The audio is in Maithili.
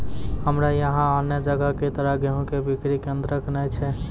हमरा यहाँ अन्य जगह की तरह गेहूँ के बिक्री केन्द्रऽक नैय छैय?